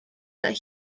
that